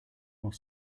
more